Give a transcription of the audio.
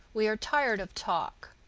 we are tired of talk.